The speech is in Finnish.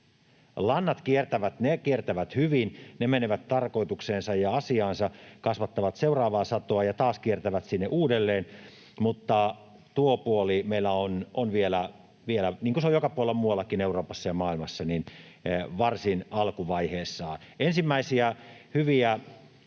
ja ne kiertävät hyvin. Ne menevät tarkoitukseensa ja asiaansa, kasvattavat seuraavaa satoa ja taas kiertävät sinne uudelleen, mutta tuo puoli meillä on vielä, niin kuin se on joka puolella muuallakin Euroopassa ja maailmassa, varsin alkuvaiheessaan. Ensimmäisiä hyviä